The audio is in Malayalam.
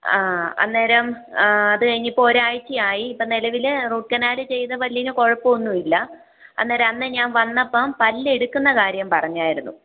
ആ അന്നേരം അതുകഴിഞ്ഞ് ഇപ്പോൾ ഒരാഴ്ച ആയി ഇപ്പോൾ നിലവിൽ റൂട്ട് കനാല് ചെയ്ത പല്ലിന് കൊഴപ്പവൊന്നുവില്ല അന്നേരം അന്ന് ഞാൻ വന്നപ്പം പല്ലെടുക്കുന്ന കാര്യം പറഞ്ഞായിരുന്നു